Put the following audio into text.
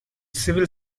civil